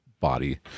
body